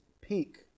peak